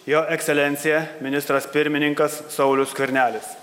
jo ekscelencija ministras pirmininkas saulius skvernelis